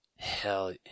Hell